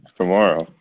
tomorrow